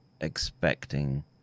expecting